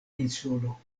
insulo